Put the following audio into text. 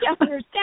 understand